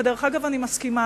ואני מסכימה,